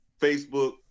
Facebook